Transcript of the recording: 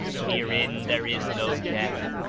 herein there is no death,